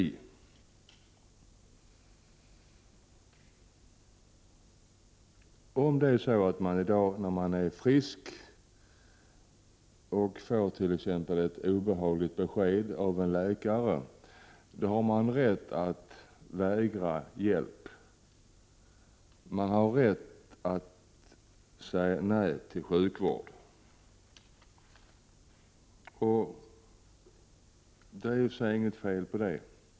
Om t.ex. en människa som i dag är frisk får ett obehagligt besked av en läkare, har denna människa rätt att vägra hjälp. Hon har rätt att säga nej till sjukvård, och det är säkert inget fel med det.